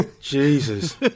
Jesus